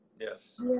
yes